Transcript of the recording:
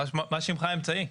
מה שמך האמצעי?